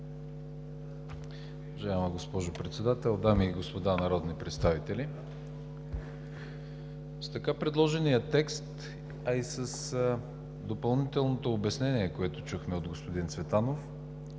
Уважаема госпожо Председател, дами и господа народни представители! С така предложения текст, а и с допълнителното обяснение, което чухме от господин Цветанов,